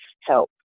help